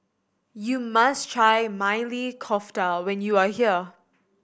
you must try Maili Kofta when you are here